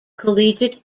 collegiate